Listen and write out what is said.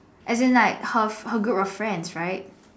as in like her her group of friends right